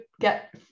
get